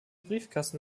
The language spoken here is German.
briefkasten